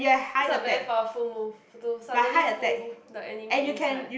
it's a very powerful move to suddenly pull the enemy inside